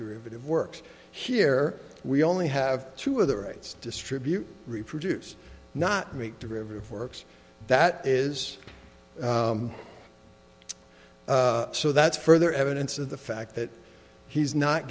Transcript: derivative work here we only have two of the rights distribute reproduce not make derivative works that is so that's further evidence of the fact that he's not